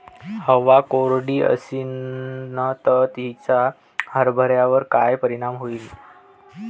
हवा कोरडी अशीन त तिचा हरभऱ्यावर काय परिणाम होईन?